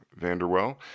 Vanderwell